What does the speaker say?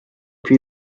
più